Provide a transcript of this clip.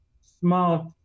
smart